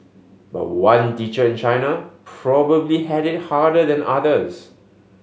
but one teacher in China probably had it harder than others